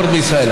הרשימה.